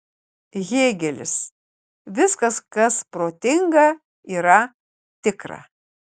hėgelis viskas kas protinga yra tikra